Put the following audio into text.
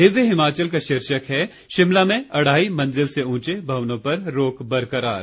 दिव्य हिमाचल का शीर्षक है शिमला में अढ़ाई मंजिल से ऊंचे भवनों पर रोक बरकरार